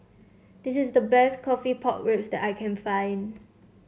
this is the best coffee Pork Ribs that I can find